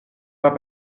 pas